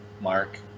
Mark